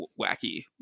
wacky